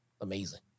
Amazing